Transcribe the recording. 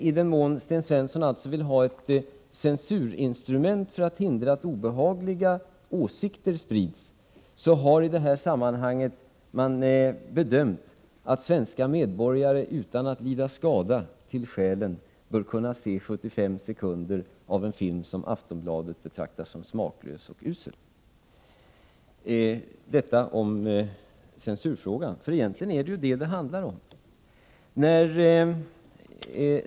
I den mån Sten Svensson vill ha ett censurinstrument för att hindra att obehagliga åsikter sprids kan jag berätta att man har bedömt att svenska medborgare utan att lida skada till själen bör kunna se 75 sekunder av en film som Aftonbladet betraktar som smaklös och usel. Detta har jag nu sagt om censurfrågan — för det är egentligen den saken det handlar om.